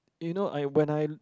you know I when I